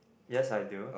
yes I do